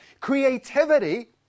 creativity